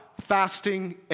fasting